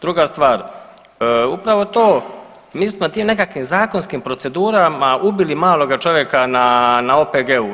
Druga stvar, upravo to mi smo tim nekakvim zakonskim procedurama ubili maloga čovjeka na OPG-u.